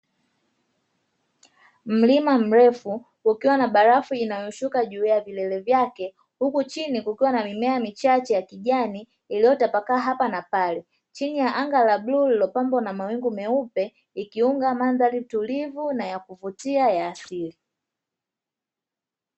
Mlima mrefu ukiwa na barafu linaloshuka juu ya vilele vyake huku chini kukiwa na mimea michache ya kijani iliyotapakaa hapa na pale chini ya anga la bluu lililopambwa na mawingu meupe ikiunga mandhari tulivu na yakuvutia ya asili.